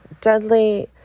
deadly